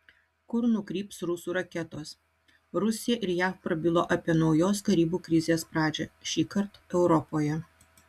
kur nukryps rusų raketos rusija ir jav prabilo apie naujos karibų krizės pradžią šįkart europoje